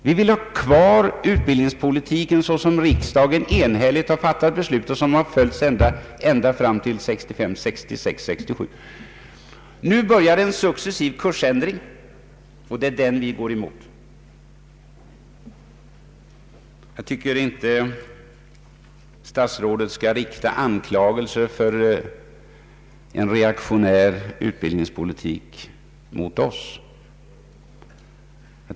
Vi vill ha kvar utbildningspolitiken så som riksdagen enhälligt fattat beslut om, och som detta beslut har följts ända fram till omkring 1966— 1967. Nu börjar en successiv kursändring, och det är den vi går emot. Jag tycker inte statsrådet skall rikta anklagelser för en reaktionär utbildningspolitik mot oss.